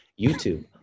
YouTube